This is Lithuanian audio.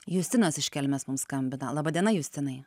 justinas iš kelmės mums skambina laba diena justinai